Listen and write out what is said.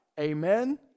Amen